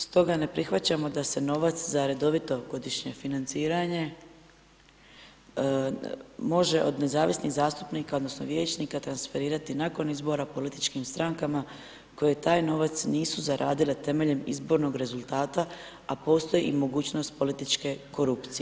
Stoga ne prihvaćamo da se novac za redovito godišnje financiranje može od nezavisnih zastupnika, odnosno vijećnika transferirati nakon izbora političkim strankama, koje taj novac nisu zaradile temeljem izbornog rezultata, a postoji i mogućnost političke korupcije.